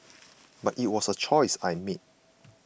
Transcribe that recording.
but it was a choice I made